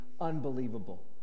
unbelievable